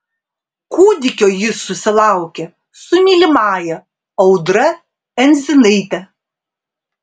kūdikio jis susilaukė su mylimąja audra endzinaite